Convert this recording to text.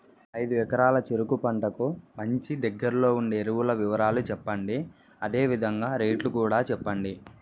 ఐదు ఎకరాల చెరుకు పంటకు మంచి, దగ్గర్లో ఉండే ఎరువుల వివరాలు చెప్పండి? అదే విధంగా రేట్లు కూడా చెప్పండి?